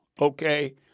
okay